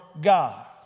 God